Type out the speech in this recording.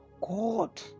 God